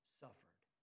suffered